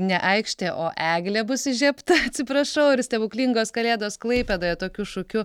ne aikštė o eglė bus įžiebta atsiprašau ir stebuklingos kalėdos klaipėdoje tokiu šūkiu